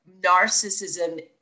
Narcissism